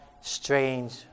strange